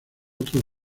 otros